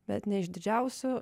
bet ne iš didžiausių